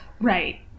Right